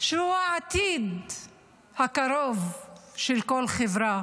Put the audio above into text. שהוא העתיד הקרוב של כל חברה.